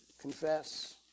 confess